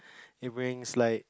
he bring slide